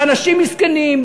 באנשים מסכנים,